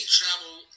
travel